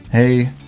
Hey